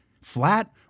flat